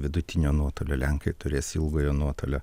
vidutinio nuotolio lenkai turės ilgojo nuotolio